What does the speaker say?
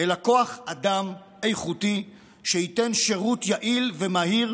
אלא כוח אדם איכותי שייתן שירות יעיל ומהיר